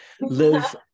live